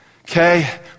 okay